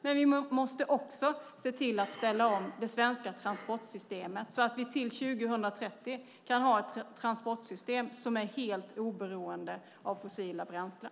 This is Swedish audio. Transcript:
Men vi måste också se till att ställa om det svenska transportsystemet så att vi till 2030 kan ha ett transportsystem som är helt oberoende av fossila bränslen.